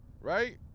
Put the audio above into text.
right